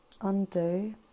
undo